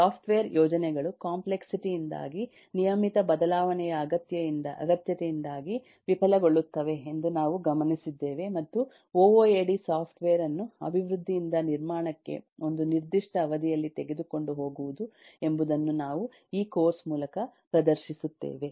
software ಯೋಜನೆಗಳು complexity ಯಿಂದಾಗಿ ನಿಯಮಿತ ಬದಲಾವಣೆಯ ಅಗತ್ಯತೆಯಿಂದಾಗಿ ವಿಫಲಗೊಳ್ಳುತ್ತವೆ ಎಂದು ನಾವು ಗಮನಿಸಿದ್ದೇವೆ ಮತ್ತು O O A D software ಅನ್ನು ಅಭಿವೃದ್ಧಿಯಿಂದ ನಿರ್ಮಾಣಕ್ಕೆ ಒಂದು ನಿರ್ದಿಷ್ಟ ಅವಧಿಯಲ್ಲಿ ತೆಗೆದುಕೊಂಡು ಹೋಗುವುದು ಎಂಬುದನ್ನು ನಾವು ಈ ಕೋರ್ಸ್ ಮೂಲಕ ಪ್ರದರ್ಶಿಸುತ್ತೇವೆ